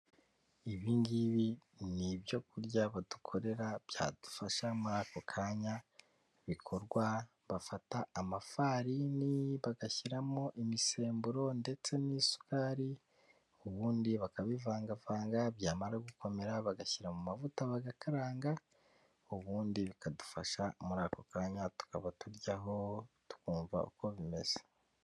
Ibi ngibi ni ibyo kurya badukorera byadufasha muri ako kanya, bikorwa bafata amafarini bagashyiramo imisemburo ndetse n'isukari ubundi bakabivangavanga byamara gukomera bagashyira mu mavuta bagakaranga, ubundi bikadufasha muri ako kanya tukaba turyaho tukumva uko bimeze.